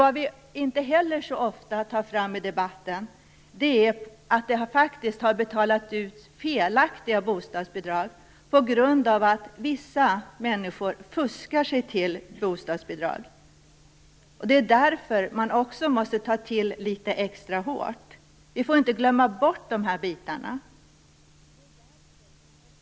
Vad vi inte heller så ofta tar fram i debatten är att det felaktigt har betalats ut bostadsbidrag på grund av att vissa människor fuskar sig till sådana bidrag. Därför måste man ta till litet extra hårt.